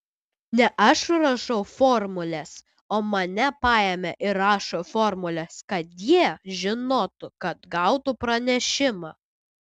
ne aš rašau formules o mane paėmė ir rašo formules kad jie žinotų kad gautų pranešimą